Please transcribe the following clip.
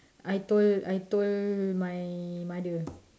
I told I told my mother